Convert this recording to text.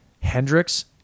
Hendrix